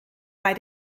bei